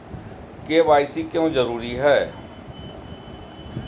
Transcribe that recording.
KYC क्यों जरूरी है?